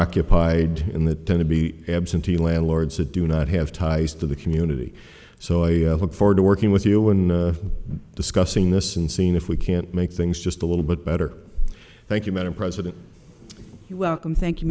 occupied in that tend to be absentee landlords that do not have ties to the community so i look forward to working with you in discussing this and seeing if we can't make things just a little bit better thank you madam president welcome thank you